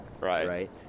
Right